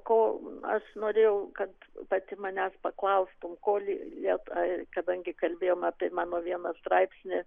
ko aš norėjau kad pati manęs paklaustum ko lėta kadangi kalbėjom apie mano vieną straipsnį